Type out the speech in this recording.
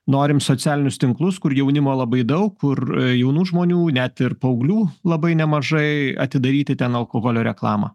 norim socialinius tinklus kur jaunimo labai daug kur jaunų žmonių net ir paauglių labai nemažai atidaryti ten alkoholio reklamą